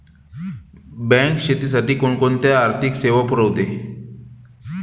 Bank शेतीसाठी कोणकोणत्या आर्थिक सेवा पुरवते?